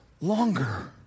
longer